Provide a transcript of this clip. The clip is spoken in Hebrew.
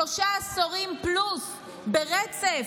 שלושה עשורים פלוס ברצף,